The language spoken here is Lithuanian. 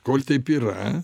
kol taip yra